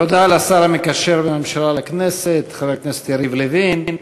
תודה לשר המקשר בין הממשלה לכנסת חבר הכנסת יריב לוין.